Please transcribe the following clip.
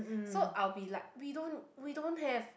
so I'll be like we don't we don't have